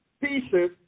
pieces